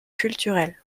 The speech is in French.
culturelle